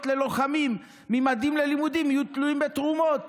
ללוחמים ממדים ללימודים יהיו תלויות בתרומות.